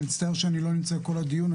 אני מצטער שאני לא נמצא כל הדיון,